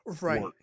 right